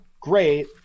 great